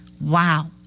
wow